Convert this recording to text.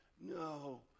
no